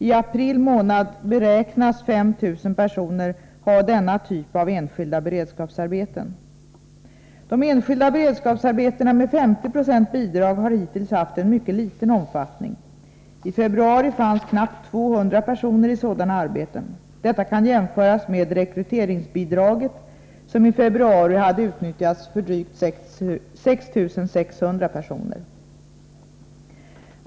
I april månad beräknas 5 000 personer ha denna typ av enskilda beredskapsarbeten. De enskilda beredskapsarbetena med 50 96 bidrag har hittills haft en mycket liten omfattning. I februari fanns knappt 200 personer i sådana arbeten. Detta kan jämföras med rekryteringsbidraget, som i februari hade utnyttjats för drygt 6 600 personer.